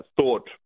thought